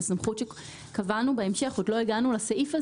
סמכות שקבענו בהמשך ועוד לא הגענו לסעיף הזה.